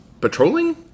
patrolling